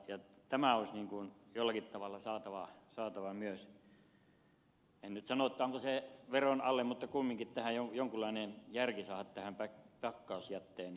tämä olisi jollakin tavalla saatava myös en nyt sano että veron alle mutta kumminkin jonkunlainen järki tulisi saada tähän pakkausjätteen kasvuun